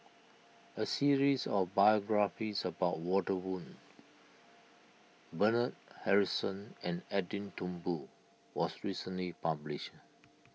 a series of biographies about Walter Woon Bernard Harrison and Edwin Thumboo was recently published